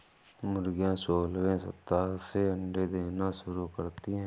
मुर्गियां सोलहवें सप्ताह से अंडे देना शुरू करती है